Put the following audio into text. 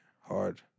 hard